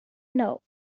know